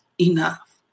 enough